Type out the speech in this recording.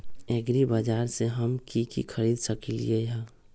एग्रीबाजार से हम की की खरीद सकलियै ह?